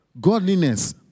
Godliness